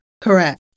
Correct